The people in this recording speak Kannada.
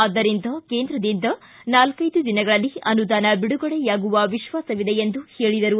ಆದ್ದರಿಂದ ಕೇಂದ್ರದಿಂದ ನಾಲ್ವೈದು ದಿನಗಳಲ್ಲಿ ಅನುದಾನ ಬಿಡುಗಡೆಯಾಗುವ ವಿಶ್ವಾಸವಿದೆ ಎಂದು ಹೇಳಿದರು